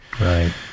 right